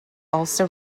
also